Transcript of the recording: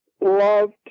loved